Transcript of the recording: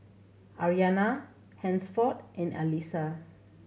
Aryana Hansford and Alisa